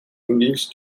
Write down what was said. english